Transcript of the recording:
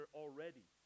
already